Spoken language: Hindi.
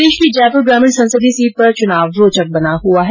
प्रदेश की जयपुर ग्रामीण संसदीय सीट पर चुनाव रोचक बना हुआ है